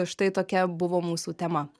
štai tokia buvo mūsų tema